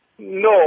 No